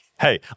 Hey